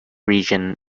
region